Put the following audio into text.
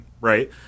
right